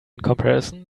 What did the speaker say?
comparison